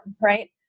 right